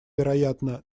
вероятно